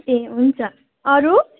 ए हुन्छ अरू